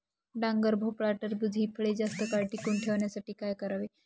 डांगर, भोपळा, टरबूज हि फळे जास्त काळ टिकवून ठेवण्यासाठी काय करावे?